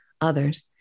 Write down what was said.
others